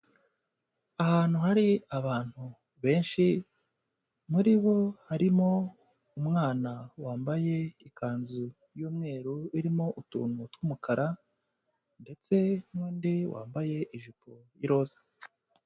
Ahantu hari abantu benshi, muri bo harimo umwana wambaye ikanzu y'umweru irimo utuntu tw'umukara, ndetse n'undi wambaye ijipo y'iroza.